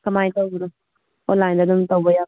ꯀꯃꯥꯏꯅ ꯇꯧꯕꯅꯣ ꯑꯣꯟꯂꯥꯏꯟꯗ ꯑꯗꯨꯝ ꯇꯧꯕ ꯌꯥꯕ꯭ꯔꯥ